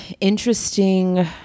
interesting